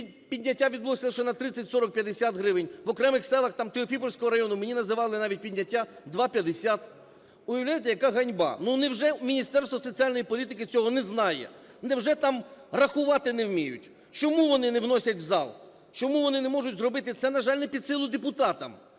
підняття відбулося лише на 30, 40, 50 гривень, в окремих селах там Теофіпольського району мені називали навіть підняття 2,50. Уявляєте, яка ганьба? Невже у Міністерства соціальної політики цього не знають? Невже там рахувати не вміють? Чому вони не вносять у зал? Чому вони не можуть зробити? Це, на жаль, не під силу депутатам.